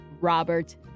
Robert